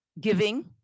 giving